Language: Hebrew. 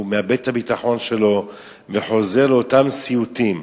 מאבד את הביטחון שלו וחוזר לאותם סיוטים.